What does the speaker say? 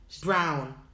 Brown